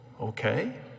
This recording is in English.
Okay